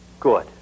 Good